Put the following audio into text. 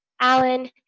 Alan